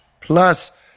plus